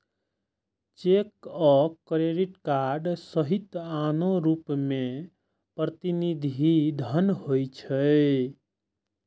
cheque आ credit card सहित आनो रूप मे प्रतिनिधि धन होइ छै